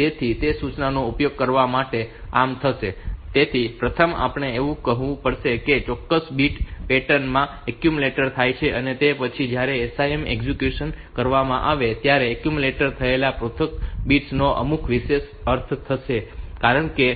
તેથી તે સૂચનાનો ઉપયોગ કરવા માટે આમ થશે તેથી પ્રથમ આપણે એવું કહેવું પડશે કે એક ચોક્કસ બીટ પેટર્ન માં એક્યુમ્યુલેટ થાય છે અને તે પછી જ્યારે SIM એક્ઝિક્યુટ કરવામાં આવે છે ત્યારે એક્યુમ્યુલેટ થયેલા પૃથક બિટ્સ નો અમુક વિશેષ અર્થ હશે કારણ કે